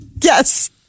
Yes